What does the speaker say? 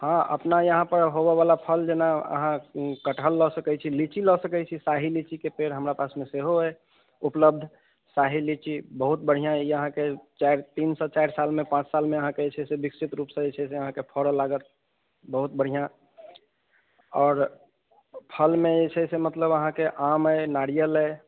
हँ अपना यहाँ पर होबे बला फल जेना अहाँ कटहल लऽ सकैत छी लीची लऽ सकैत छी शाही लीचीके पेड़ हमरा पासमे सेहो अइ उपलब्ध शाही लीची बहुत बढ़िआँ ई अहाँके चारि तीन से चारि सालमे पाँच सालमे अहाँके जे छै से विकसित रूप से जे छै से अहाँके फरऽ लागत बहुत बढ़िआँ आओर फलमे जे छै से मतलब अहाँकेँ आम अइ नारियल अइ